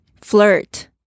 flirt